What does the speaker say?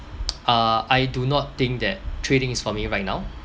uh I do not think that trading is for me right now